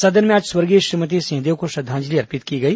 सदन में आज स्वर्गीय श्रीमती सिंहदेव को श्रद्दांजलि अर्पित की गई